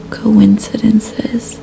coincidences